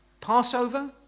Passover